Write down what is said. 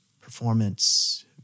performance